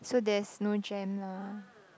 so there's no jam lah